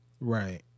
Right